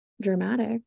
dramatic